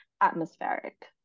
atmospheric